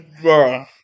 Bro